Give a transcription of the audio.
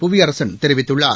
புவியரசன் தெரிவித்துள்ளார்